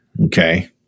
Okay